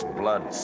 blood